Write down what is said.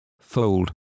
fold